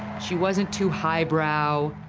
she wasn't too high-brow,